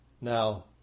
Now